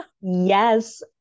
Yes